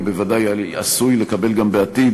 ובוודאי עשוי לקבל גם בעתיד,